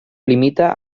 limita